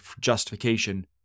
justification